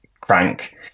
Crank